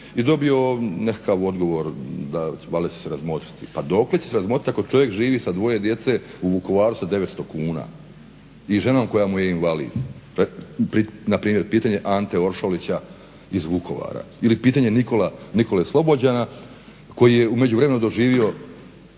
i dobio nekakav odgovor da valjda će se razmotriti. Pa dokle će se razmotrit ako čovjek živi sa dvoje djece u Vukovaru sa 900 kuna i ženom koja mu je invalid npr. pitanje Ante Oršolića iz Vukovara. Ili pitanje Nikole Slobođana koji je u međuvremenu doživio